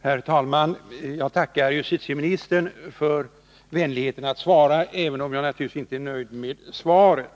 Herr talman! Jag tackar justieministern för vänligheten att svara, även om jag naturligtvis inte är nöjd med svaret.